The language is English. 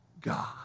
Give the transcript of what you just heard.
God